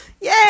yay